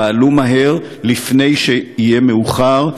פעלו מהר, לפני שיהיה מאוחר.